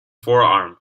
forearm